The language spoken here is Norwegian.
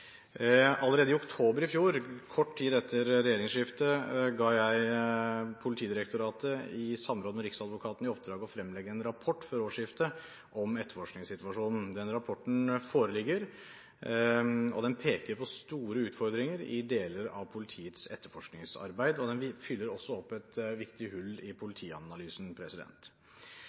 Allerede i oktober i fjor, kort tid etter regjeringsskiftet, ga jeg Politidirektoratet, i samråd med Riksadvokaten, i oppdrag å fremlegge en rapport før årsskiftet om etterforskningssituasjonen. Den rapporten foreligger. Den peker på store utfordringer i deler av politiets etterforskningsarbeid, og den fyller også opp et viktig hull i politianalysen.